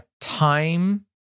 time